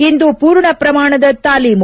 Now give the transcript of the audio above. ಇಂದು ಪೂರ್ಣ ಪ್ರಮಾಣದ ತಾಲೀಮು